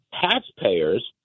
taxpayers